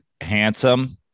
handsome